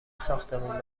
ساختمون